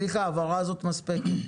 סליחה, ההבהרה הזאת מספקת.